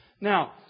Now